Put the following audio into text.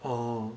oh